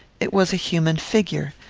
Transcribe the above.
it was a human figure.